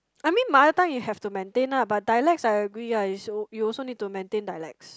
I mean mother tongue you have to maintain ah but dialects I agree ah you you also need to maintain dialects